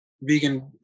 vegan